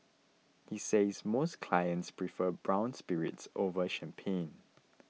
he says most clients prefer brown spirits over champagne